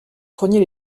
preniez